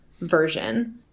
version